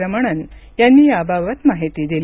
रमणन यांनी याबाबत माहिती दिली